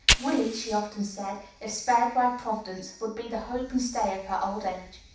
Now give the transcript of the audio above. willie, she often said, if spared by providence, would be the hope and stay of her old age.